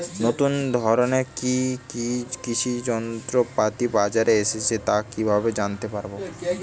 নতুন ধরনের কি কি কৃষি যন্ত্রপাতি বাজারে এসেছে তা কিভাবে জানতেপারব?